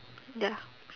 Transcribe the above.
ya